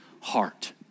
heart